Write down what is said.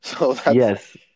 Yes